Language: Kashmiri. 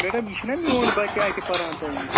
میڈَم یہِ چھَناہ میٛون بَچہٕ اَتہِ پران تۄہہِ نِش